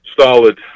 solid